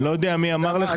אני לא יודע מי אמר לך.